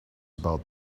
about